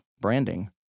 branding